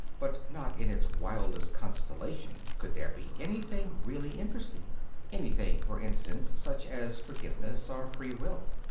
but not in its wildest constellation could there be anything really interesting anything, for instance, such as forgiveness or free will.